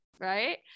right